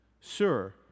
Sir